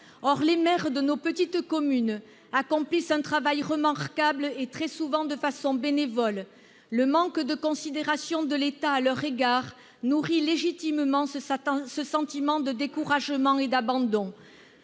Or les maires de nos petites communes accomplissent un travail remarquable et très souvent de façon bénévole. Le manque de considération de l'État à leur égard nourrit légitimement ce sentiment de découragement et d'abandon.